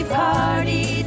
party